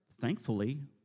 Thankfully